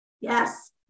Yes